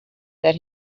that